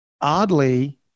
oddly